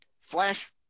Flash –